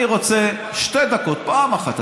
אני רוצה שתי דקות, פעם אחת.